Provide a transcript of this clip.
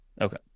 Okay